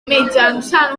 mitjançant